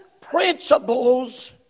principles